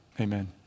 amen